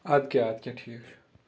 اَدٕ کیاہ اَدٕ کیاہ ٹھیٖک چھُ